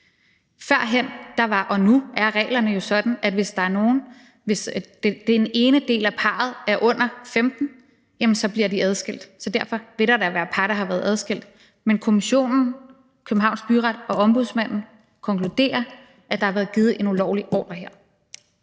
Førhen og nu er reglerne jo sådan, at hvis den ene del af parret er under 15 år, bliver de adskilt. Så derfor vil der da være par, der har været adskilt. Men kommissionen, Københavns Byret og Ombudsmanden konkluderer, at der her har været givet en ulovlig ordre.